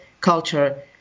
culture